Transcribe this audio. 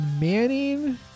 Manning